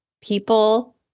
People